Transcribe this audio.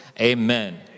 amen